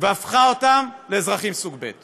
והפכו אותם לאזרחים סוג ב',